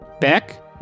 Beck